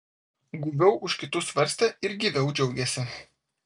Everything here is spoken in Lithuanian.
guviau už kitus svarstė ir gyviau džiaugėsi